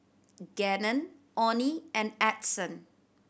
Gannon Onnie and Edson